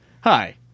Hi